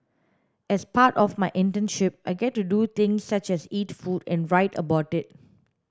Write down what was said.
as part of my internship I get to do things such as eat food and write about it